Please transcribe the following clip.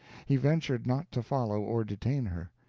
he ventured not to follow or detain her.